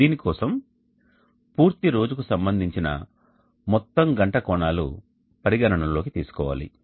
దీనికోసం పూర్తి రోజు కు సంబంధించిన మొత్తం గంట కోణాలు పరిగణన లోకి తీసుకోవాలి